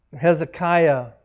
Hezekiah